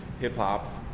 hip-hop